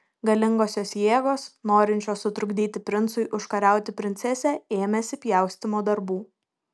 galingosios jėgos norinčios sutrukdyti princui užkariauti princesę ėmėsi pjaustymo darbų